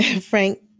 Frank